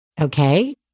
Okay